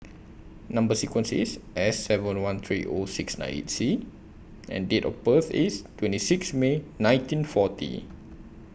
Number sequence IS S seven one three O six nine eight C and Date of birth IS twenty six May nineteen forty